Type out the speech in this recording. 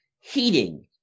heating